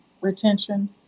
retention